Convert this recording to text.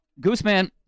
Gooseman